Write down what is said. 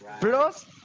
Plus